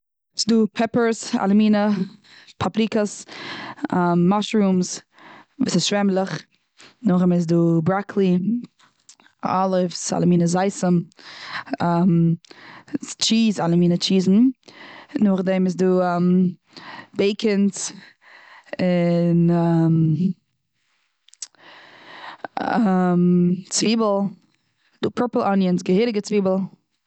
ס'דא פעפערס, אלע מינע פאפריקעס, מושרום, וואס איז שוועמלעך. נאך דעם איז דא בראקלי, אליווס, אלע מינע זיתום. טשיז אלע מינע טשיזן. נאך דעם איז דא בעיקינס, און צוויבל, ס'דא פערפל אניונ'ס, געהעריגע צוויבל.